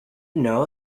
know